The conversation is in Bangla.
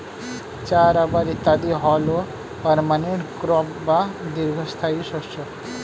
চা, রাবার ইত্যাদি হল পার্মানেন্ট ক্রপ বা দীর্ঘস্থায়ী শস্য